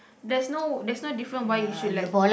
there's no there's no different why you should lack